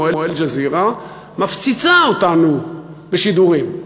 "אל-ג'זירה" מפציצה אותנו בשידורים.